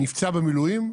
נפצע במילואים,